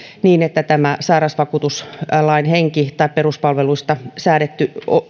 niin että sairausvakuutuslain henki tai se mitä peruspalveluista on säädetty